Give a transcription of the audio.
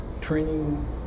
training